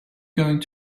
going